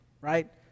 right